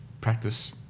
practice